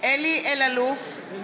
לא משתתף קארין אלהרר, נגד